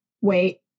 wait